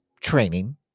training